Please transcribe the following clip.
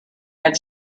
had